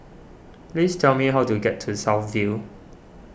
please tell me how to get to South View